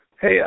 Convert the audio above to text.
hey